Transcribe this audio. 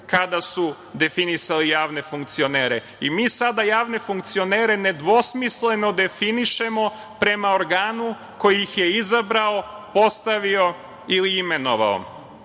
kada su definisali javne funkcionere i mi sada javne funkcionere nedvosmisleno definišemo prema organu koji ih je izabrao, postavio ili imenovao